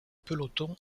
peloton